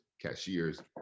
cashiers